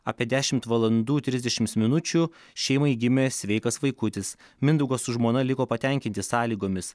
apie dešimt valandų trisdešimt minučių šeimai gimė sveikas vaikutis mindaugas su žmona liko patenkinti sąlygomis